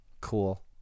Cool